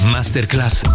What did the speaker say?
Masterclass